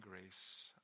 grace